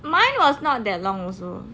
mine was not that long also